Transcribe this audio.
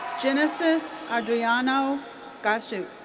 genesis adriano gachuz.